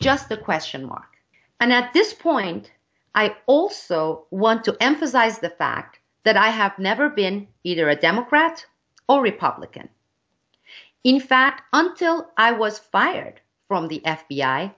just a question mark and at this point i also want to emphasize the fact that i have never been either a democrat or republican in fact until i was fired from the f